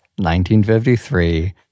1953